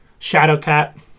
Shadowcat